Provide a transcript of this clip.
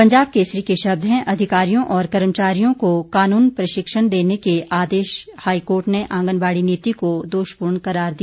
पंजाब केसरी के शब्द हैं अधिकारियों और कर्मचारियों को कानूनन प्रशिक्षण देने के आदेश हाईकोर्ट ने आंगनबाड़ी नीति को दोषपूर्ण करार दिया